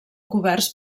coberts